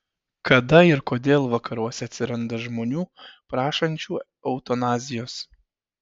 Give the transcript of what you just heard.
kada ir kodėl vakaruose atsiranda žmonių prašančių eutanazijos